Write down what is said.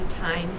time